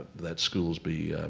that schools be